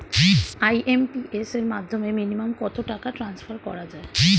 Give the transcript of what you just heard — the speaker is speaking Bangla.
আই.এম.পি.এস এর মাধ্যমে মিনিমাম কত টাকা ট্রান্সফার করা যায়?